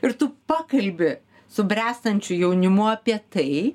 ir tu pakalbi su bręstančiu jaunimu apie tai